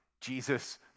Jesus